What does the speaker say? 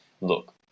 look